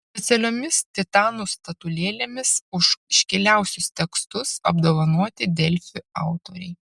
specialiomis titanų statulėlėmis už iškiliausius tekstus apdovanoti delfi autoriai